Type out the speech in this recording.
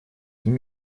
ними